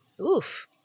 Oof